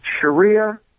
Sharia